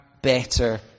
better